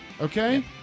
okay